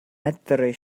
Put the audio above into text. medru